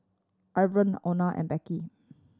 Irvine Lona and Becky